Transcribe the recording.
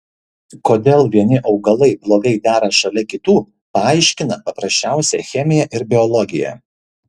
kodėl vieni augalai blogai dera šalia kitų paaiškina paprasčiausia chemija ir biologija